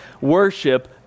worship